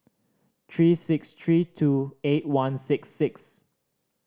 three six three two eight one six six